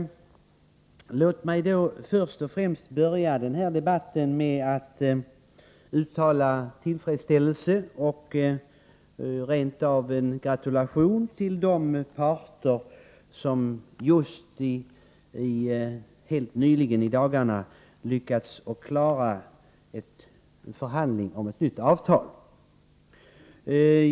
Låt mig därför inleda den här debatten med att uttala tillfredsställelse och rent av en gratulation till de parter som just i dagarna lyckats klara av förhandlingarna om ett nytt jordbruksavtal.